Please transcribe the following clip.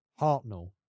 hartnell